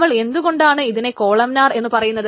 നമ്മൾ എന്തു കൊണ്ടാണ് ഇതിനെ കോളംനാർ എന്ന് പറയുന്നത്